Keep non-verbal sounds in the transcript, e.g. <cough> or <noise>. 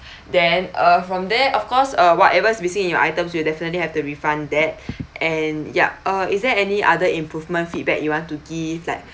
<breath> then uh from there of course uh whatever is missing in your items we will definitely have to refund that and yup uh is there any other improvement feedback you want to give like